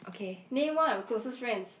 name one of your closest friends